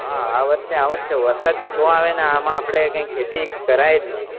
હાં આ વર્ષે આવો છો વરસાદ બી બહુ આવે ને આમાં આપડે કાઈ ખેતી કરાય જ નહીં